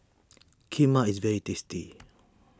Kheema is very tasty